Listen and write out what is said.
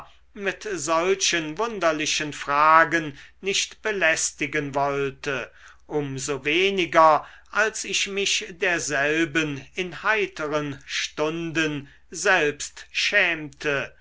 mit solchen wunderlichen fragen nicht belästigen wollte um so weniger als ich mich derselben in heiteren stunden selbst schämte